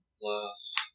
plus